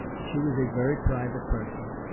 she was a very private person.